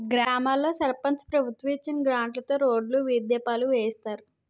గ్రామాల్లో సర్పంచు ప్రభుత్వం ఇచ్చిన గ్రాంట్లుతో రోడ్లు, వీధి దీపాలు వేయిస్తారు